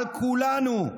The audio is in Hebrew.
על כולנו,